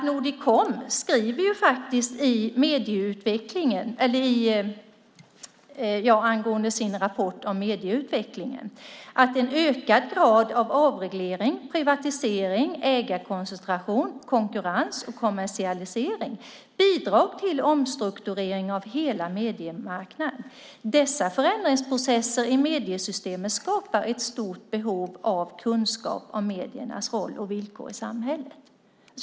Nordicom skriver faktiskt i sin rapport om medieutvecklingen att en ökad grad av avreglering, privatisering, ägarkoncentration, konkurrens och kommersialisering bidrar till omstrukturering av hela mediemarknaden. Dessa förändringsprocesser i mediesystemet skapar ett stort behov av kunskap om mediernas roll och villkor i samhället.